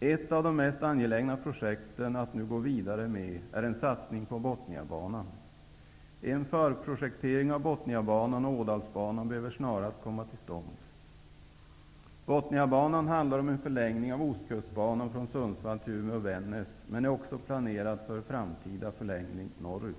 Ett av de mest angelägna projekten att nu gå vidare med är en satsning på Botniabanan. En förprojektering av Botniabanan och Ådalsbanan behöver snarast komma till stånd. Botniabanan handlar om en förlängning av Ostkustbanan från Sundsvall till Umeå/Vännäs men är också planerad för framtida förlängning norrut.